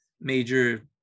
major